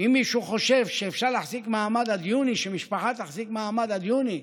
אם מישהו חושב שאפשר להחזיק מעמד עד יוני,